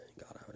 god